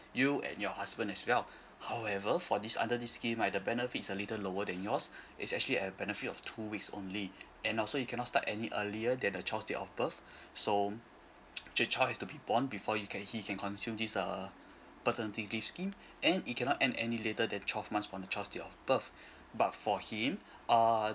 you and your husband as well however for this under this scheme right the benefits is a little lower than yours it's actually a benefit of two weeks only and also you cannot start any earlier than the child date of birth so the child has to be born before you can he can consume this uh paternity leave scheme and it cannot end any later than twelve months from the child date of birth but for him uh